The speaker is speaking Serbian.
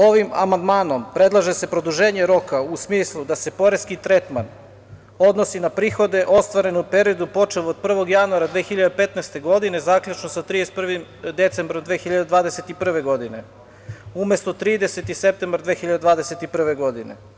Ovim amandmanom predlaže se produženje roka u smislu da se poreski tretman odnosi na prihode ostvarene u periodu ostvarene počev od 1. januara 2015. godine, zaključno sa 31. decembrom 2021. godine, umesto 30. septembar 2021. godine.